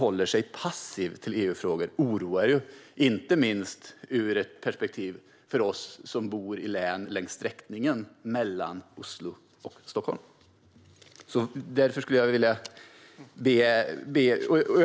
Därför är det extra oroande, inte minst ur ett perspektiv för oss som bor i länen längs sträckningen mellan Oslo och Stockholm, att man kan läsa i Riksrevisionens rapport att regeringen förhåller sig passiv till EU-frågor.